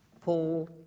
Paul